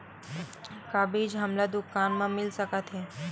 का बीज हमला दुकान म मिल सकत हे?